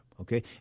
okay